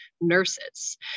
nurses